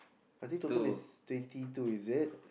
I think total is twenty two is it